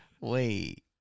wait